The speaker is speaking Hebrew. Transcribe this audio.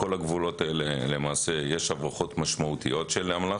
בכל הגבולות האלה יש הברחות משמעותיות של אמל"ח.